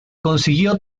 consiguió